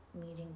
meeting